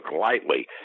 lightly